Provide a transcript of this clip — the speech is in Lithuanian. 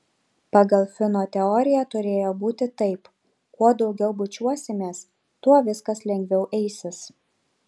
pagal fino teoriją turėjo būti taip kuo daugiau bučiuosimės tuo viskas lengviau eisis